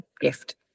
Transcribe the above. gift